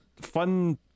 fun